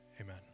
Amen